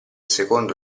secondo